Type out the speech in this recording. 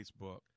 Facebook